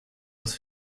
uns